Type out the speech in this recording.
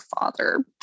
father